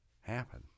happen